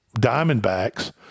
Diamondbacks